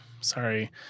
Sorry